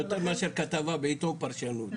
יותר מאשר כתבה בעיתון פרשנות,